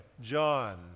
john